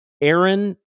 Aaron